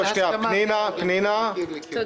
פנינה, בבקשה.